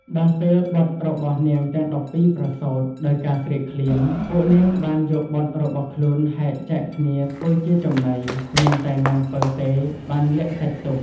ដល់ពេលបុត្ររបស់នាងទាំង១២ប្រសូត ដោយការស្រេកឃ្លាន ពួកនាងបានយកបុត្ររបស់ខ្លួនហែកចែកគ្នាធ្វើជាចំណី មានតែនាងពៅទេបានលាក់សាច់ទុក។